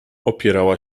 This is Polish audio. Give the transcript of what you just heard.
opierała